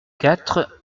quatre